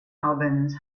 albans